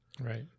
Right